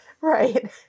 Right